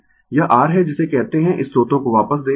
यह r है जिसे कहते है स्त्रोतों को वापस देना